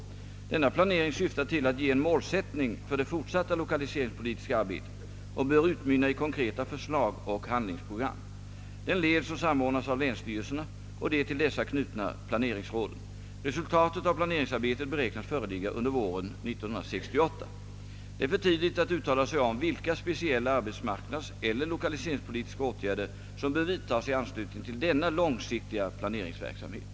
Denna planering syftar till att ge en målsättning för det fortsatta lokaliseringspolitiska arbetet och bör utmynna i konkreta förslag och handlingsprogram. Den leds och samordnas av länsstyrelserna och de till dessa knutna planeringsråden. Resultatet av planeringsarbetet beräknas föreligga under våren 1968. Det är för tidigt att uttala sig om vilka speciella arbetsmarknadseller lokaliseringspolitiska åtgärder som bör vidtas i anslutning till denna långsiktiga planeringsverksamhet.